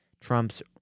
Trump's